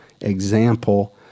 example